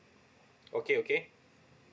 okay okay